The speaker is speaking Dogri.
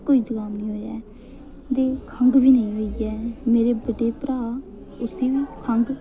कोई जकाम निं आया ऐ ते खंघ बी नेईं होई ऐ मेरे बड्डे भ्राऽ असें गी खंघ